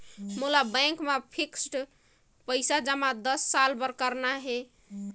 मोला बैंक मा फिक्स्ड पइसा जमा दस साल बार करना हे?